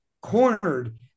cornered